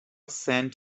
sand